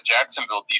Jacksonville